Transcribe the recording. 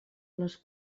les